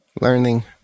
learning